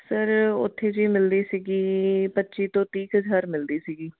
sir ਉੱਥੇ ਜੀ ਮਿਲਦੀ ਸੀਗੀ ਪੱਚੀ ਤੋਂ ਤੀਹ ਕੁ ਹਜ਼ਾਰ ਮਿਲਦੀ ਸੀਗੀ